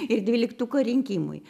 ir dvyliktuko rinkimui